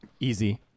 Easy